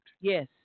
yes